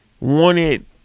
Wanted